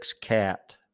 cat